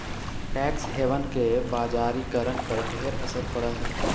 tax haven के बजारिकरण पर ढेर असर पड़ हई